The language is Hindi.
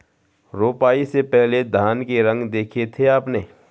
रोपाई से पहले धान के रंग देखे थे आपने?